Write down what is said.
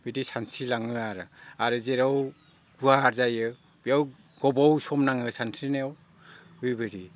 बिदि सानस्रिलाङो आरो आरो जेराव गुवार जायो बेयाव गोबाव सम नाङो सानस्रिनायाव बेबायदि